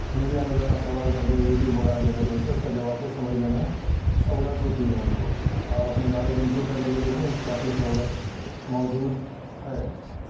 media میں جو ہے نا سوال کر کے یوٹیوب وغیرہ کے ذریعے سے اس کا جواب کو سمجھنے میں سہولت ہوتی ہے ان کو اور اپنی نالج امپروو کرنے کے لئے بھی ان کو کافی سہولت موجود ہے